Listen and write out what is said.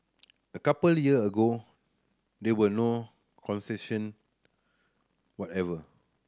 a couple year ago there were no concession whatever